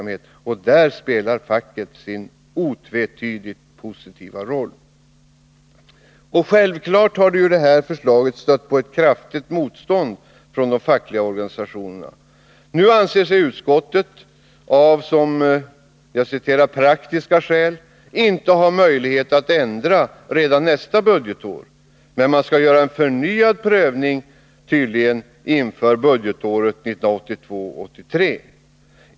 I det avseendet spelar facket otvetydigt en positiv roll. Självfallet har det här förslaget stött på ett kraftigt motstånd från de fackliga organisationerna. Nu anser sig utskottet av ”praktiska skäl” inte ha möjlighet att ändra något redan nästa budgetår, men en ”förnyad prövning” skall tydligen göras inför budgetåret 1982/83.